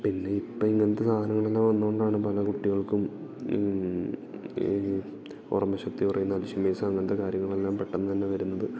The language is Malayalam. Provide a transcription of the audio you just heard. പിന്നെ ഇപ്പം ഇങ്ങനത്തെ സാധനങ്ങളെല്ലാം വന്നതുകൊണ്ടാണ് പല കുട്ടികൾക്കും ഓർമ്മശക്തി കുറയുന്നത് അൽഷിമേഴ്സ് അങ്ങനത്തെ കാര്യങ്ങളെല്ലാം പെട്ടന്ന് തന്നെ വരുന്നത്